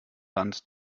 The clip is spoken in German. land